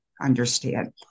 understand